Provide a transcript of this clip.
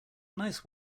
nice